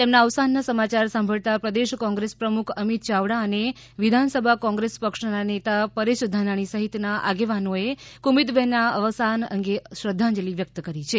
તેમના અવસાનના સમાચાર સાંભળતા પ્રદેશ કોંગ્રેસ પ્રમુખ અમિત યાવડા અને વિધાનસભા કોંગ્રેસ પક્ષના નેતા પરેશ ધાનાણી સહિતના આગેવાનોએ કુમુદબેનના અવસાન અંગે શ્રદ્ધાંજલી વ્યક્ત કરી છે